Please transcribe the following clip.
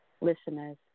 listeners